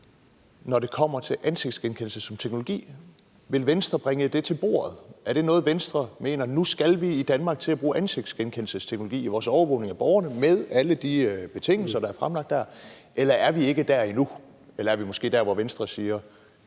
når det kommer til ansigtsgenkendelse som teknologi? Vil Venstre bringe det til bordet? Mener Venstre, at nu skal vi i Danmark til at bruge ansigtsgenkendelsesteknologi i vores overvågning af borgerne med alle de betingelser, der er fremlagt, eller er vi ikke dér endnu? Eller er vi måske dér, hvor Venstre siger,